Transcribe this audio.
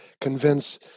convince